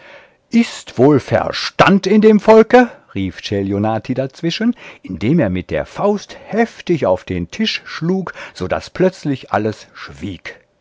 ist wohl verstand in dem volke rief celionati dazwischen indem er mit der faust heftig auf den tisch schlug so daß plötzlich alles schwieg